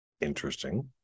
Interesting